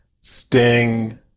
Sting